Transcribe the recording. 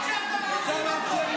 חברת הכנסת